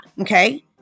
Okay